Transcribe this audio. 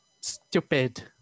stupid